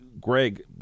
Greg